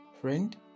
Friend